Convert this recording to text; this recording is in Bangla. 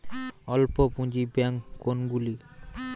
অল্প পুঁজি ব্যাঙ্ক কোনগুলি?